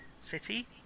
city